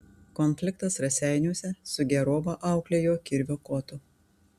konfliktas raseiniuose sugėrovą auklėjo kirvio kotu